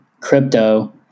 crypto